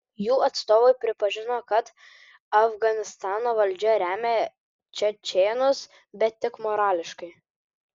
jų atstovai pripažino kad afganistano valdžia remia čečėnus bet tik morališkai